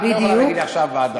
את לא יכולה להגיד לי עכשיו ועדה.